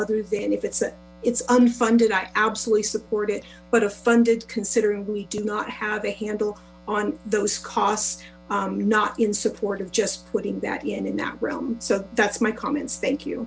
other than if it's a it's unfunded i absolutely support it but a funded considering we do not have a handle on those costs not in support of just putting that in in that realm so that's my comments thank you